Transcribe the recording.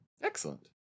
Excellent